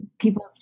people